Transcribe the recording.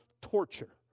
torture